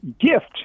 gift